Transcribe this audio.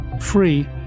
free